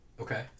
Okay